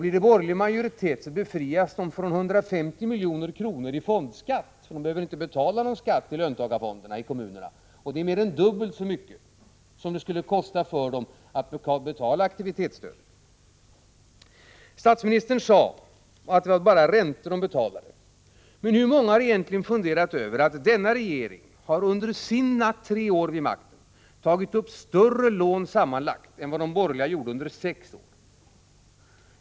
Blir det borgerlig majoritet befrias kommunerna från 150 milj.kr. i fondskatt — kommunerna behöver inte betala någon skatt till löntagarfonderna. Det är mer än dubbelt så mycket som det skulle kosta för dem att betala aktivitetsstödet. Statsministern sade att det var bara räntor som de betalade. Men hur många har egentligen funderat över att denna regering under sina tre år vid makten har tagit upp större lån sammanlagt än vad de borgerliga gjorde under sex år.